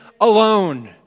alone